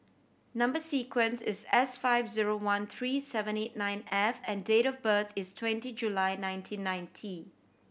number sequence is S five zero one three seven eight nine F and date of birth is twenty July nineteen ninety